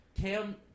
Cam